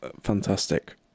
fantastic